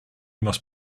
must